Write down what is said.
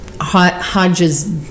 Hodges